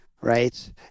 right